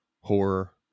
horror